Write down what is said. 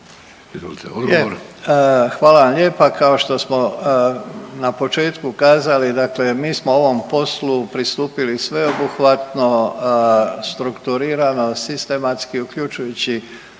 hvala vam lijepa, kao što smo na početku kazali dakle mi smo ovom poslu pristupili sveobuhvatno, strukturirano, sistematski uključujući